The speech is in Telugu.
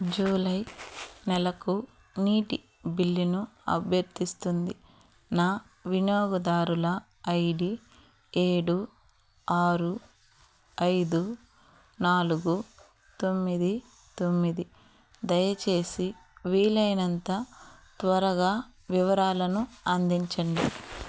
జులై నెలకు నీటి బిల్లును అభ్యర్థిస్తుంది నా వినియోగదారుల ఐ డీ ఏడు ఆరు ఐదు నాలుగు తొమ్మిది తొమ్మిది దయచేసి వీలైనంత త్వరగా వివరాలను అందించండి